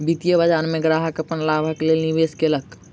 वित्तीय बाजार में ग्राहक अपन लाभक लेल निवेश केलक